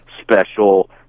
special